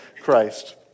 Christ